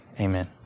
amen